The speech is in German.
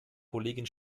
kollegin